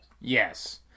Yes